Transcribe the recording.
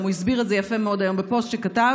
הוא גם הסביר את זה יפה מאוד היום בפוסט שכתב.